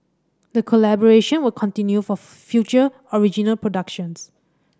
the collaboration will continue for future original productions